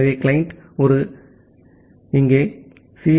எனவே கிளையன்ட் ஒரு இன்கோயேட் சி